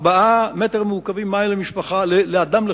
4 מטרים מעוקבים מים למשפחה לאדם לחודש,